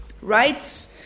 Rights